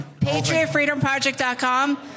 PatriotFreedomProject.com